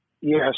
Yes